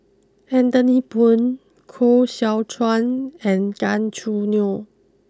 Anthony Poon Koh Seow Chuan and Gan Choo Neo